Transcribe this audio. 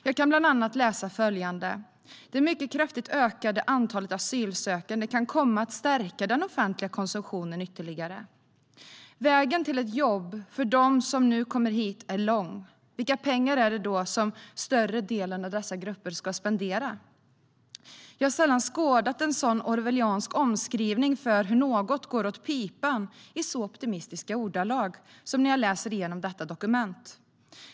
Jag kan bland annat läsa följande: "Det mycket kraftigt ökade antalet asylsökande kan komma att stärka den offentliga konsumtionen ytterligare." Vägen till ett jobb för dem som nu kommer hit är lång. Vilka pengar är det då större delen av dessa grupper ska spendera? Jag har sällan skådat en sådan orwelliansk omskrivning för hur något går åt pipan i så optimistiska ordalag som när jag läser igenom detta dokument.